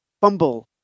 fumble